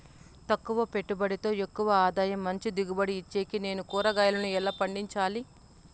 తక్కువ పెట్టుబడితో ఎక్కువగా ఆదాయం మంచి దిగుబడి ఇచ్చేకి నేను కూరగాయలను ఎలా పండించాలి?